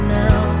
now